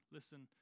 Listen